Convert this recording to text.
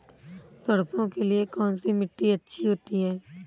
सरसो के लिए कौन सी मिट्टी अच्छी होती है?